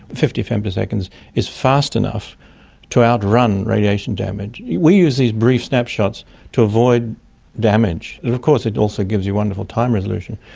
fifty femtoseconds is fast enough to outrun radiation damage. we use these brief snapshots to avoid damage, but of course it also gives you wonderful time resolution.